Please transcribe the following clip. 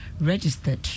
registered